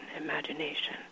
Imagination